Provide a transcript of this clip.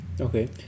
okay